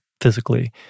physically